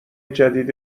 جدید